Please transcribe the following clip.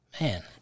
Man